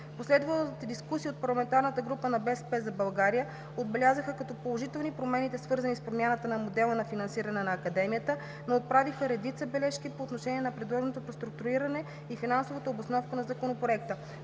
последвалата дискусия от парламентарната група на „БСП за България“ отбелязаха като положителни промените, свързани с промяната на модела на финансиране на Академията, но отправиха редица бележки по отношение на предложеното преструктуриране и финансовата обосновка на Законопроекта.